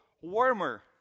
warmer